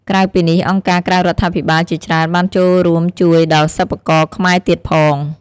ក្រៅពីនេះ អង្គការក្រៅរដ្ឋាភិបាលជាច្រើនបានចូលរួមជួយដល់សិប្បករខ្មែរទៀតផង។